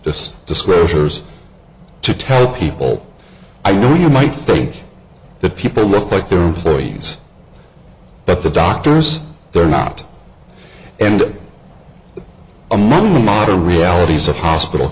disclosures to tell people i know you might think that people look like their employees that the doctors they're not and among the modern realities of hospital